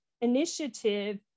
initiative